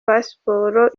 pasiporo